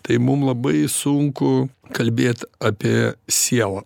tai mum labai sunku kalbėt apie sielą